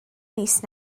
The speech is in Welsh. mis